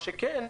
מה שכן,